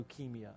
leukemia